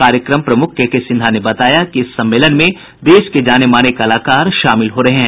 कार्यक्रम प्रमुख केकेसिन्हा ने बताया कि इस सम्मेलन में देश के जानेमाने कलाकार शामिल हो रहे हैं